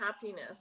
happiness